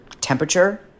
temperature